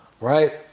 right